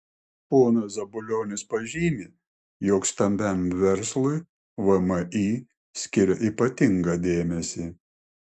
ponas zabulionis pažymi jog stambiam verslui vmi skiria ypatingą dėmesį